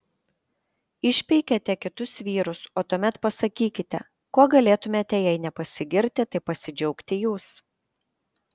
išpeikėte kitus vyrus o tuomet pasakykite kuo galėtumėte jei ne pasigirti tai pasidžiaugti jūs